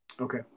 okay